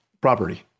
property